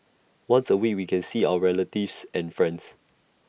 once A week we can see our relatives and friends